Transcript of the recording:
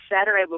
Saturday